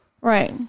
right